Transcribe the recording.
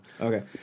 Okay